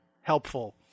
helpful